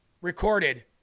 recorded